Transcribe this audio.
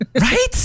Right